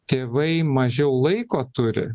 tėvai mažiau laiko turi